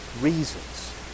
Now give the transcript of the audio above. reasons